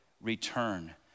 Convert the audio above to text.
return